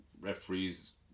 referees